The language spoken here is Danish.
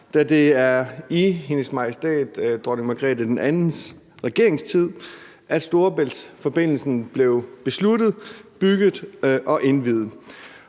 da det er i Hendes Majestæt Dronning Margrethe II's regeringstid, at Storebæltsforbindelsen blev besluttet, bygget og indviet.